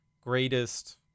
greatest